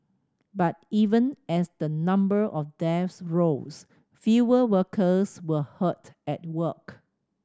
but even as the number of deaths rose fewer workers were hurt at work